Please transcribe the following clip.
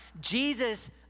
Jesus